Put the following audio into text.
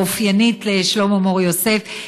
האופיינית לשלמה מור-יוסף,